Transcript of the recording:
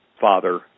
father